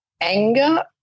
anger